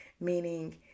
meaning